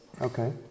Okay